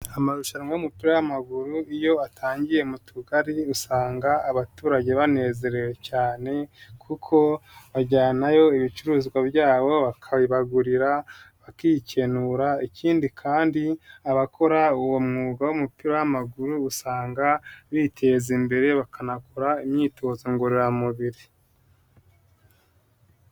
Amarushanwa y'umupira w'amaguru iyo atangiye mu Tugari usanga abaturage banezerewe cyane kuko bajyanayo ibicuruzwa byabo bakabibagurira bakikenura, ikindi kandi abakora uwo mwuga w'umupira w'amaguru usanga biteza imbere bakanakora imyitozo ngororamubiri.